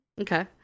Okay